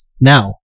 Now